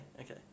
okay